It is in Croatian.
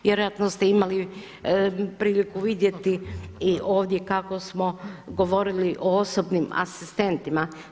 Vjerojatno se imali priliku vidjeti i ovdje kako smo govorili o osobnom asistentima.